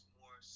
more